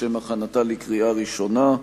לשם הכנתה לקריאה ראשונה.